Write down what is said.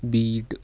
bed